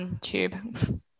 tube